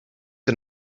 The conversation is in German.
der